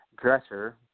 dresser